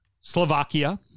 Slovakia